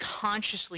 consciously